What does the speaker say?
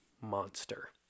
monster